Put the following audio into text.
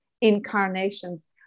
incarnations